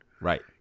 Right